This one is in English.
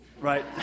Right